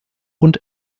und